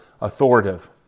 authoritative